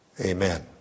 Amen